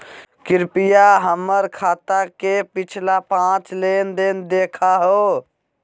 कृपया हमर खाता के पिछला पांच लेनदेन देखाहो